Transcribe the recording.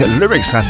lyrics